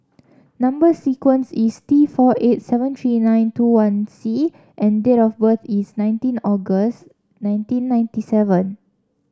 number sequence is T four eight seven three nine two one C and date of birth is nineteen August nineteen ninety seven